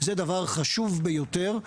זה דבר חשוב ביותר.